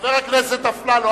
חבר הכנסת אפללו,